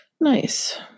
nice